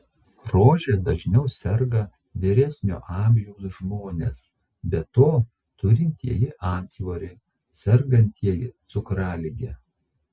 rože dažniau serga vyresnio amžiaus žmonės be to turintieji antsvorį sergantieji cukralige